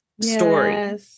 story